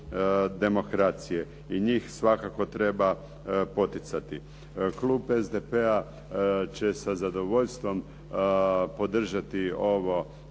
demokracije i njih svakako treba poticati. Klub SDP-a će sa zadovoljstvom podržati ovo